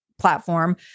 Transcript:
platform